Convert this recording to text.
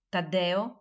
Taddeo